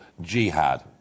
jihad